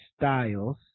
styles